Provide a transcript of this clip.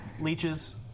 Leeches